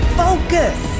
focus